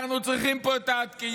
אנחנו צריכים פה את ההייטקיסטים,